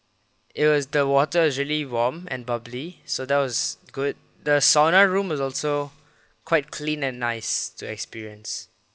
it was the water is really warm and bubbly so that was good the sauna room is also quite clean and nice to experience